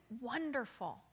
wonderful